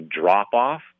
drop-off